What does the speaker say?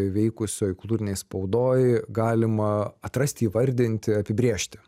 veikusioj kultūrinėj spaudoj galima atrasti įvardinti apibrėžti